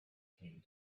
came